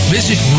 Visit